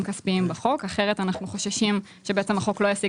כספיים בחוק כי אחרת אנחנו חוששים שבעצם החוק לא ישיג